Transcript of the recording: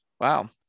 wow